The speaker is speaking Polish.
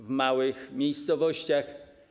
W małych miejscowościach.